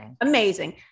Amazing